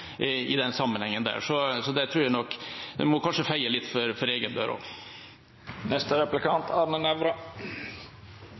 i den sammenhengen. Så der tror jeg de kanskje må feie litt for egen dør også. Representanten Orten nevnte ferjer, og